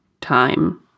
time